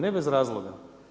Ne bez razloga.